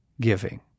giving